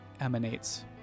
emanates